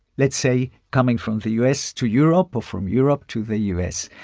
let's say, coming from the u s. to europe or from europe to the u s.